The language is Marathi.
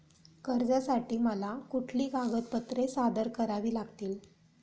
कर्जासाठी मला कुठली कागदपत्रे सादर करावी लागतील?